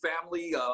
family